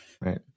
Right